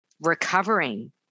recovering